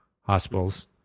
hospitals